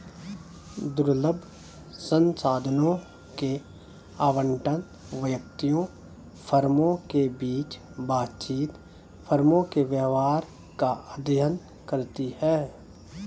दुर्लभ संसाधनों के आवंटन, व्यक्तियों, फर्मों के बीच बातचीत, फर्मों के व्यवहार का अध्ययन करती है